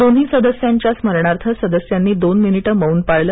दोन्ही सदस्यांच्या स्मरणार्थ सदस्यांनी दोन मिनिटं मौन पाळलं